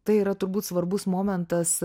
tai yra turbūt svarbus momentas